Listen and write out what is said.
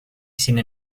cine